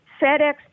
FedEx